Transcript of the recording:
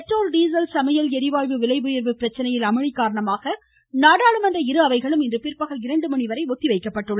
petrol diesel சமையல் எரிவாயு விலை உயர்வு பிரச்சனையில் அமளி காரணமாக நாடாளுமன்ற இரு அவைகளும் இன்று பிற்பகல் இரண்டு மணிவரை ஒத்திவைக்கப்பட்டன